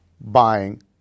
buying